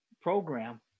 program